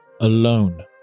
alone